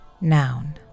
Noun